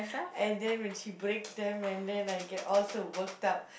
and then when she breaks them and then I get all so worked up